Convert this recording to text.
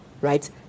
right